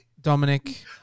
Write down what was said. Dominic